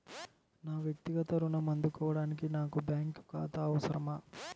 నా వక్తిగత ఋణం అందుకోడానికి నాకు బ్యాంక్ ఖాతా అవసరమా?